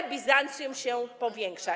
Ale Bizancjum się powiększa.